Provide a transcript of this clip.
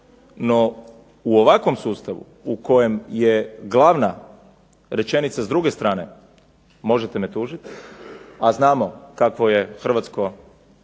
No, u ovakvom sustavu u kojem je glavna rečenica s druge strane možete me tužiti, a znamo kakvo je hrvatsko